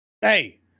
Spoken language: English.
Hey